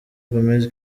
gomez